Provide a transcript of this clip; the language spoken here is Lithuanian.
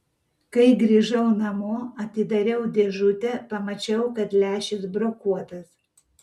kai grįžau namo atidariau dėžutę pamačiau kad lęšis brokuotas